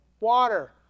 Water